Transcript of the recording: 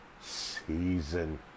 season